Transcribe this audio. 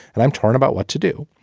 and i'm torn about what to do.